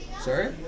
Sorry